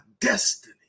destiny